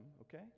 Okay